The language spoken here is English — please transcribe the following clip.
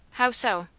how so?